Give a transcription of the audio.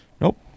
Nope